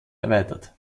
erweitert